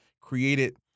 created